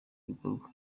bikorwa